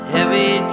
Heavy